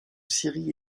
syrie